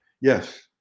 Yes